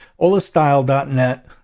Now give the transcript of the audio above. OlaStyle.net